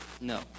No